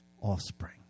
offspring